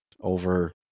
over